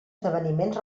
esdeveniments